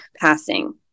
passing